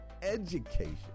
education